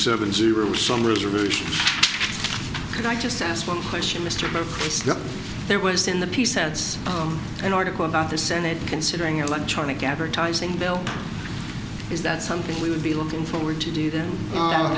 seven zero some reservations can i just ask one question mr murphy there was in the piece adds an article about the senate considering electronic advertising bill is that something we would be looking forward to do them out